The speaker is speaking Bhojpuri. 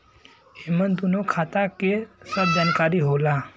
एमन दूनो खाता के सब जानकारी होला